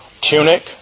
tunic